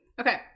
okay